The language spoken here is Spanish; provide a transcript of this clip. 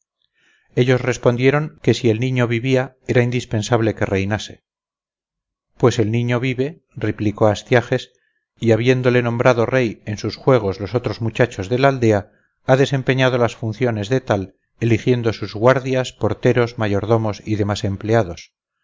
ellos respondieron que si el nido vivía era indispensable que reinase pues el niño vive replicó astiages y habiéndole nombrado rey en sus juegos los otros muchachos de la aldea ha desempeñado las funciones de tal eligiendo sus guardias porteros mayordomos y demás empleados